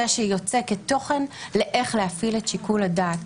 שהוא יוצק תוכן בשאלה איך להפעיל את שיקול הדעת.